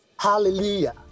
Hallelujah